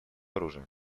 оружия